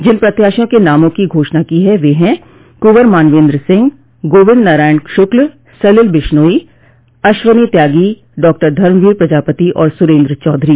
जिन प्रत्याशियों के नामों की घोषणा की है वे हैं कुँवर मानवेन्द्र सिंह गोविन्द नारायण श्क्ल सलिल विश्नोई अश्वनी त्यागी डॉक्टर धर्मवीर पजापति और सुरेन्द्र चौधरी